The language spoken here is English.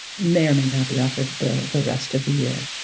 may or may not be offered the the rest of the year.